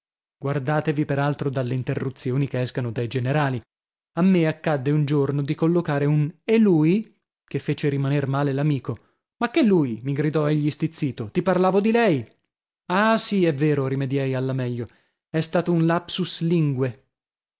guardatevi per altro dalle interruzioni che escano dai generali a me accadde un giorno di collocare un e lui che fece rimaner male l'amico ma che lui mi gridò egli stizzito ti parlavo di lei ah sì è vero rimediai alla meglio è stato un lapsus linguae